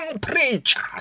preachers